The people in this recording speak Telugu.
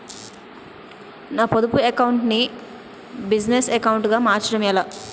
నా పొదుపు అకౌంట్ నీ బిజినెస్ అకౌంట్ గా మార్చడం ఎలా?